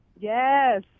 Yes